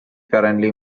currently